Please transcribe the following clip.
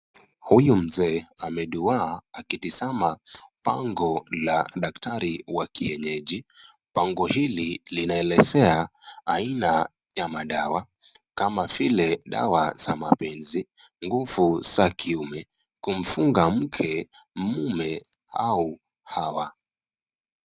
Huyu mzee amediwaa akitazama bango la dakitari wa kienyeji bango hili linaelezea aina za madawa kama vile; dawa za mapenzi, nguvu za kiume, kumfunga mke mume au hawa.